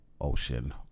ocean